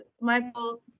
Michael